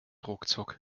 ruckzuck